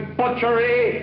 butchery